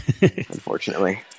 unfortunately